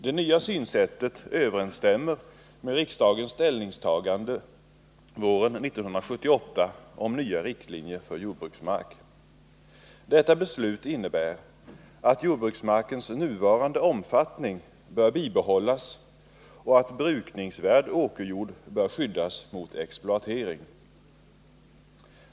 Det nya synsättet överensstämmer med riksdagens ställningstagande våren 1978 om nya riktlinjer för hushållning med jordbruksmark. Detta beslut innebär att jordbruksmarkens nuvarande omfattning bör bibehållas och att brukningsvärd åkerjord bör skyddas mot exploatering.